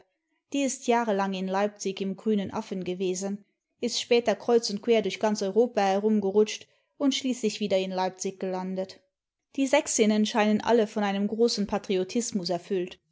die ist jahrelang in leipzig im grünen affen gewesen ist später kreuz und quer durch ganz europa heruingerutscht imd schließlich wieder in leipzig gelandet die sächsinnen scheinen alle von einem großen patriotismus erfüllt